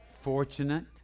Fortunate